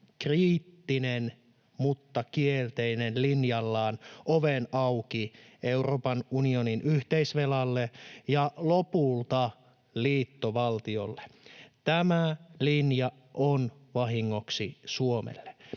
”kriittinen mutta kielteinen” ‑linjallaan oven auki Euroopan unionin yhteisvelalle ja lopulta liittovaltiolle. Tämä linja on vahingoksi Suomelle.